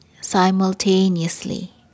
simultaneously